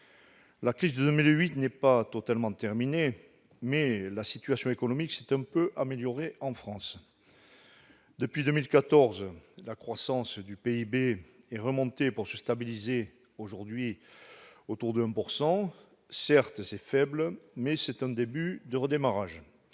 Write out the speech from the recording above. La crise de 2008 n'est pas terminée, mais la situation économique s'est un peu améliorée en France. Depuis 2014, la croissance du PIB est remontée pour se stabiliser aujourd'hui autour de 1 %. Certes, c'est faible, mais c'est un début de redémarrage.